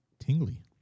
Tingly